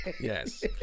Yes